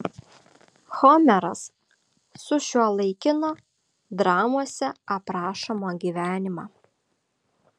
homeras sušiuolaikino dramose aprašomą gyvenimą